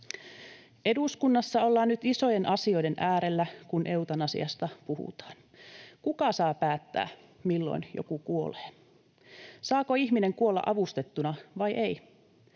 Eduskunnassa ollaan nyt isojen asioiden äärellä, kun eutanasiasta puhutaan. Kuka saa päättää, milloin joku kuolee? Saako ihminen kuolla avustettuna vai ei?